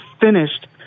finished